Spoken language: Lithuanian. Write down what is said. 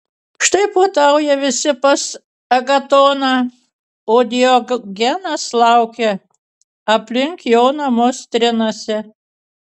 štai puotauja visi pas agatoną o diogenas lauke aplink jo namus trinasi